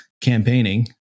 campaigning